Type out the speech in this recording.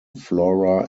flora